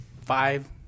five